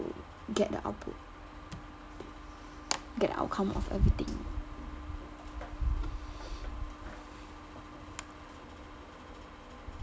get the output get the outcome of everything